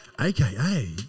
aka